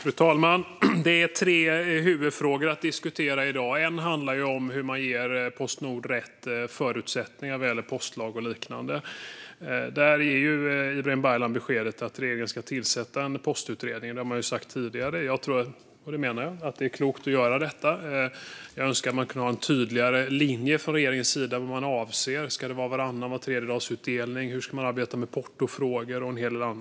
Fru talman! Det är tre huvudfrågor att diskutera i dag. En handlar om hur man ger Postnord rätt förutsättningar vad gäller postlag och liknande. Där ger Ibrahim Baylan beskedet att regeringen ska tillsätta en postutredning, och det har man också sagt tidigare. Jag håller med om att det är klokt att göra det. Jag skulle önska att man kunde ha en tydligare linje från regeringens sida när det gäller vad man avser. Ska det vara varannandags eller vartredjedagsutdelning? Hur ska man arbeta med portofrågor och en hel del annat?